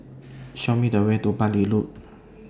Show Me The Way to Bartley Road